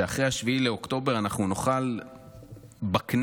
שאחרי 7 באוקטובר אנחנו נוכל בכנסת